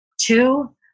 Two